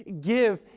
give